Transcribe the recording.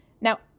Now